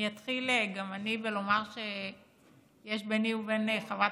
אתחיל גם אני בלומר שיש ביני ובין חברת